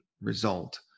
result